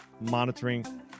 monitoring